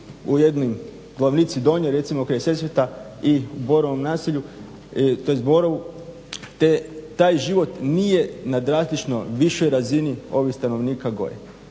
u jednoj Glavnici donjoj recimo kraj Sesveta i u Borovom naselju tj. Borovu, taj život nije na drastično višoj razini ovih stanovnika gore.